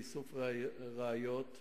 לאיסוף ראיות,